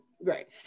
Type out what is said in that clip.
right